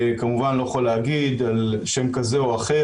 כמובן, אני לא יכול להגיד שם כזה או אחר.